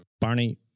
Barney